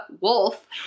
wolf